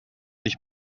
nicht